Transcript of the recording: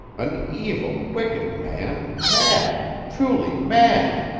an evil, wicked man mad truly mad.